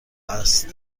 است